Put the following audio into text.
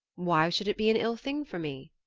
why should it be an ill thing for me?